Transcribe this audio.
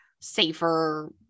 safer